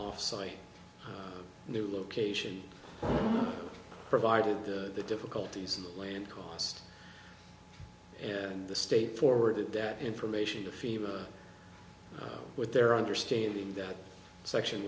offsite new location provided the difficulties of that land cost and the state forwarded that information to fema with their understanding that section